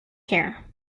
care